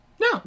No